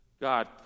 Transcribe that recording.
God